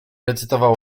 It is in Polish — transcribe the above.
recytował